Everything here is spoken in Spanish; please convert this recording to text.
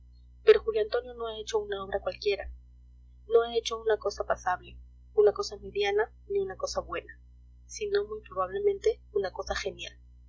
pero julio antonio no ha hecho una obra cualquiera no ha hecho una cosa pasable una cosa mediana ni una cosa buena sino muy probablemente una cosa genial